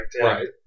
Right